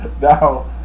Now